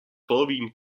vorwiegend